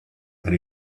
and